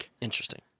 Interesting